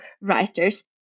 writers